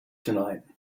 tonight